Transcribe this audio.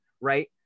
right